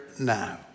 now